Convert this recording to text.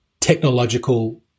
technological